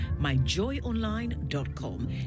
MyJoyOnline.com